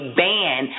ban